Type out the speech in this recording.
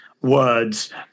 words